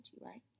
right